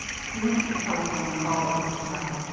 he went to the telephone and called up the hotel.